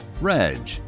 Reg